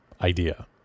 idea